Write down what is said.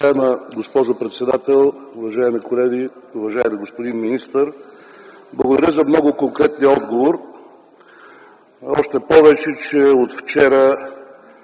благодаря за много конкретния отговор, още повече, че от вчера